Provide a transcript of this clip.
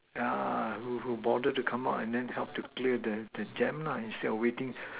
ya who who bothered to come out and then help to clear the the jam lah instead of waiting